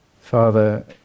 Father